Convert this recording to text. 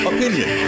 Opinion